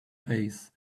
face